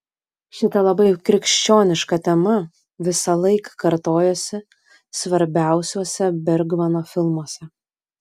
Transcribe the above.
šita labai krikščioniška tema visąlaik kartojasi svarbiausiuose bergmano filmuose